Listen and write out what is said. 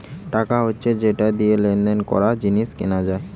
টাকা হচ্ছে যেটা দিয়ে লেনদেন করা, জিনিস কেনা যায়